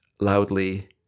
loudly